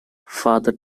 father